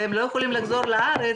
אני מוכרחה לומר שהופתעתי מכמות המצטרפים.